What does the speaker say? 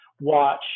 watch